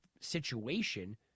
situation